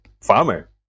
farmer